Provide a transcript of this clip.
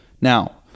Now